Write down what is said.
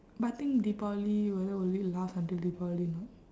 but I think deepavali whether will it last until deepavali or not